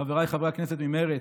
חבריי חברי הכנסת ממרצ,